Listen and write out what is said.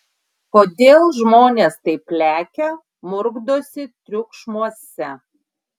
kodėl žmonės taip lekia murkdosi triukšmuose